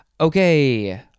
okay